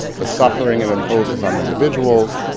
the suffering it imposes on individuals.